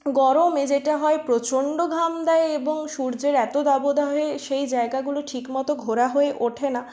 গরমে যেটা হয় প্রচণ্ড ঘাম দেয় এবং সূর্যের এত দাবদাহে সেই জায়গাগুলো ঠিকমতো ঘোরা হয়ে ওঠে না